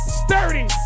sturdy